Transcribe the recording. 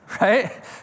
Right